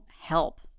help